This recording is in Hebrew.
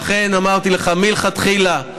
אמרתי לך מלכתחילה: